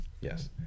Yes